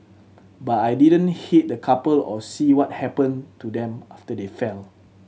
but I didn't hit the couple or see what happened to them after they fell